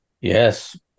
Yes